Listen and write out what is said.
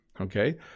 okay